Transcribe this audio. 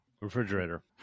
refrigerator